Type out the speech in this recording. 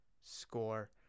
score